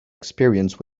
experience